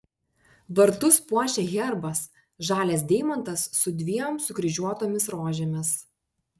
vartus puošia herbas žalias deimantas su dviem sukryžiuotomis rožėmis